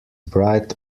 bright